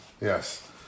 Yes